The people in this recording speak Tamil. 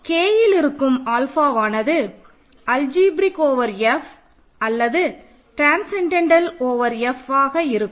Kயில் இருக்கும் ஆல்ஃபாவானது அல்ஜிப்ரேக் ஓவர் F அல்லது ட்ரான்ஸசென்டென்டல் ஓவர் F ஆக இருக்கும்